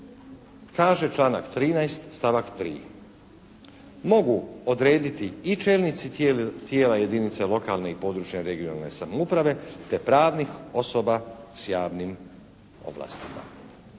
kaže članak 13. stavak 3. "Mogu odrediti i čelnici tijela jedinica lokalne i područne (regionalne) samouprave te pravnih osoba s javnim ovlastima.".